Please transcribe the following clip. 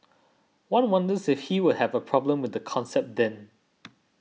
one wonders if he would have a problem with the concept then